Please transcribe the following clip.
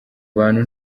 bantu